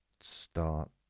start